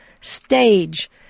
stage